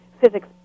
physics